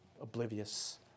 oblivious